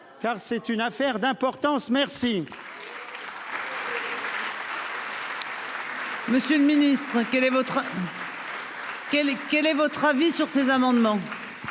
car c'est une affaire d'importance. Merci.